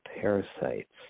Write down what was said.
parasites